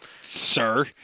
Sir